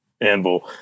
Anvil